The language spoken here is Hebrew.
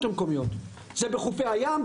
זה בחופי הים,